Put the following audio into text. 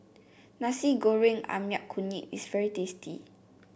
Nasi Goreng ayam kunyit is very tasty